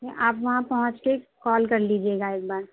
نہیں آپ وہاں پہنچ کے کال کر لیجیے گا ایک بار